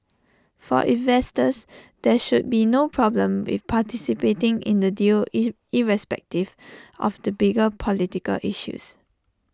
for investors there should be no problem with participating in the deal irrespective of the bigger political issues